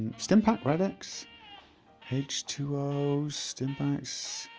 stimpak, radx page two oh stimpaks